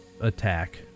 attack